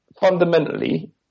fundamentally